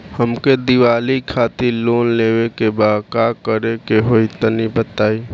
हमके दीवाली खातिर लोन लेवे के बा का करे के होई तनि बताई?